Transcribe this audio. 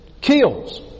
kills